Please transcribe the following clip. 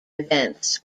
events